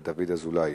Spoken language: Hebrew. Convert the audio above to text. ליושנה".